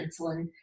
insulin